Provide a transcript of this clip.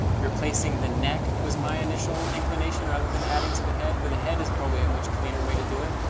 replacing the neck was my initial inclination rather than adding to the head. but the head is probably a much cleaner way to do it.